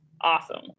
awesome